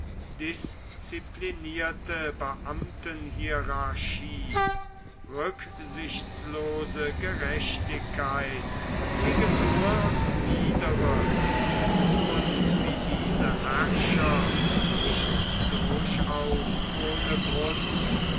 disziplinierte beamtenhierarchie rücksichtslose gerechtigkeit gegen hohe und niedere und wie diese herrscher nicht durchaus ohne grund